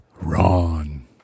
Ron